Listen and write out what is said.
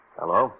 hello